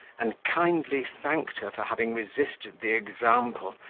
and kindly thanked her for having resisted the example,